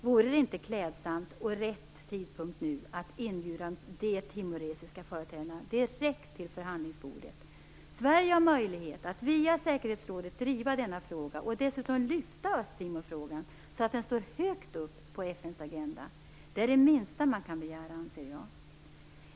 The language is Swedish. Vore det inte klädsamt och en läglig tidpunkt att inbjuda de timoresiska företrädarna direkt till förhandlingsbordet? Sverige har möjlighet att via säkerhetsrådet driva denna fråga och dessutom lyfta Östtimorfrågan så att den står högt uppe på FN:s agenda. Det är det minsta man kan begära, anser jag.